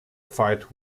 fight